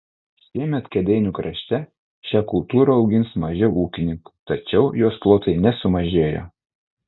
šiemet kėdainių krašte šią kultūrą augins mažiau ūkininkų tačiau jos plotai nesumažėjo